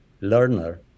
learner